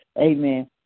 Amen